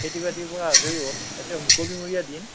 খেতি বাতিৰ পৰা আজৰি হ'ল এতিয়া মুকলিমূৰীয়া দিন